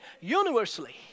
universally